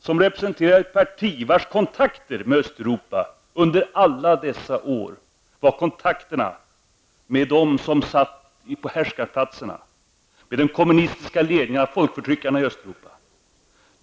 Hon representerar ett parti vars kontakter med Östeuropa under alla dessa år utgjordes av kontakter med dem som satt på härskarplatserna, med den kommunistiska ledningen av folkförtryckarna i Östeuropa.